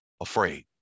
afraid